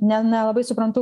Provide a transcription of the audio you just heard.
ne nelabai suprantu